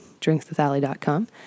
drinkswithally.com